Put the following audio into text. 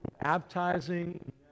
baptizing